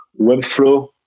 webflow